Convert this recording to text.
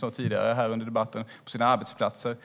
sov på sina arbetsplatser.